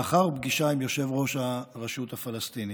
לאחר פגישה עם יושב-ראש הרשות הפלסטינית.